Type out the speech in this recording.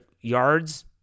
yards